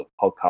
podcast